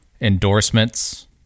endorsements